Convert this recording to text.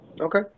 Okay